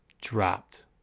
dropped